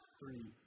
three